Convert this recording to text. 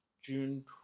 June